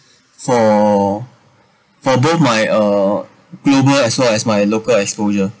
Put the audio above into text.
for for both my uh global as well as my local exposure